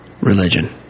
religion